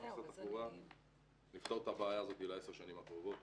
משרד התחבורה נפתור את הבעיה הזאת לעשר השנים הקרובות.